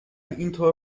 اینطور